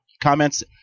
comments